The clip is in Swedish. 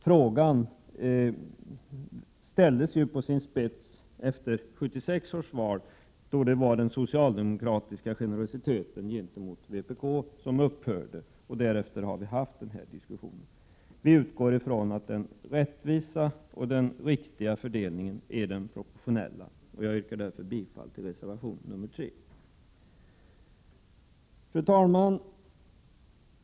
Frågan ställdes på sin spets efter 1976 års val, då den socialdemokratiska generositeten gentemot vpk upphörde. Därefter har vi haft denna diskussion. Vi utgår ifrån att den rättvisa och riktiga fördelningen är den proportionella, och jag yrkar därför bifall till reservation 3. Fru talman!